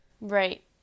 Right